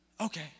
Okay